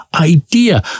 idea